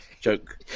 joke